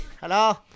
Hello